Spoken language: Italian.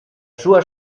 sua